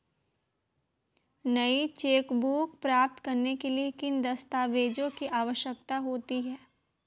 नई चेकबुक प्राप्त करने के लिए किन दस्तावेज़ों की आवश्यकता होती है?